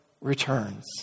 returns